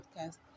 podcast